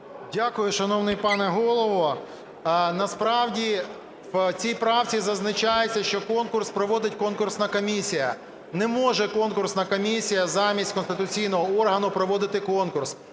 Дякую, шановний пане Голово. Насправді в цій правці зазначається, що конкурс проводить конкурсна комісія. Не може конкурсна комісія замість конституційного органу проводити конкурс.